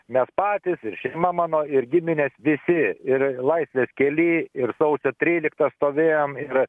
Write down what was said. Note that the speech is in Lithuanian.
mes patys ir šeima mano ir giminės visi ir laisvės kely ir sausio tryliktą stovėjom ir